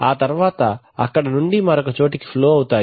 ఆ తర్వాత అక్కడ నుండి మరొక చోటికి ఫ్లో అవుతాయి